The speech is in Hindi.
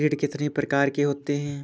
ऋण कितनी प्रकार के होते हैं?